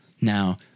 Now